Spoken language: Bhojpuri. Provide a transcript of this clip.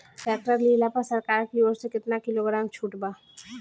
टैक्टर लिहला पर सरकार की ओर से केतना किलोग्राम छूट बा?